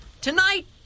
Tonight